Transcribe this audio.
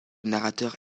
narrateur